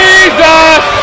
Jesus